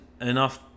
enough